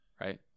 right